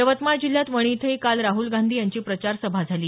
यवतमाळ जिल्ह्यात वणी इथंही काल राहुल गांधी यांची प्रचारसभा झाली